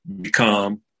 become